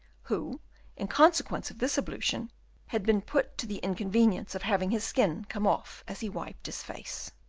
who in consequence of this ablution had been put to the inconvenience of having his skin come off as he wiped his face.